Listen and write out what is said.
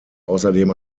außerdem